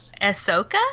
Ahsoka